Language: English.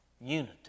unity